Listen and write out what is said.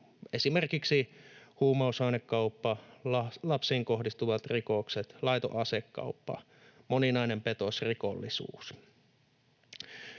esimerkiksi huumausainekauppa, lapsiin kohdistuvat rikokset, laiton asekauppa, moninainen petosrikollisuus.